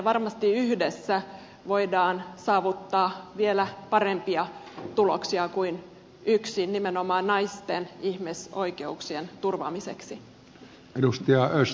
varmasti yhdessä voimme saavuttaa vielä parempia tuloksia kuin yksin nimenomaan naisten ihmisoikeuksien turvaamiseksi